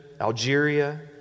Algeria